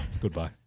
Goodbye